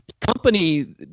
company